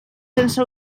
sense